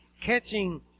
catching